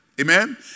Amen